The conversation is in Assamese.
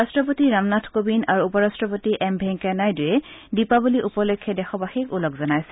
ৰট্টপতি ৰামনাথ কোবিন্দ আৰু উপৰাট্টপতি এম ভেংকায়া নাইডুৱে দীপাবলী উপলক্ষে দেশবাসীক ওলগ জনাইছে